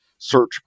search